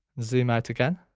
zoom out again.